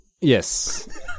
Yes